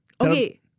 okay